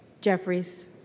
Jeffries